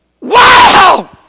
Wow